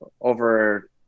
over